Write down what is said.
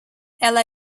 ela